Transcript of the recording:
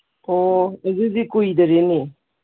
ꯑꯣ ꯑꯗꯨꯗꯤ ꯀꯨꯏꯗꯔꯦꯅꯦ